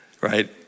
right